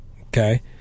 Okay